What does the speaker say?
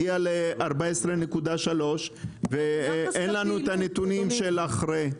הגיעה ל-14.3 ואין לנו את הנתונים של אחרי,